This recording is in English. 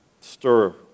stir